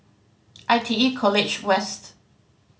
I T E College West